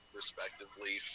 respectively